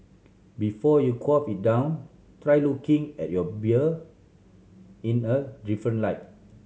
before you quaff it down try looking at your beer in a different light